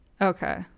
Okay